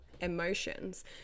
emotions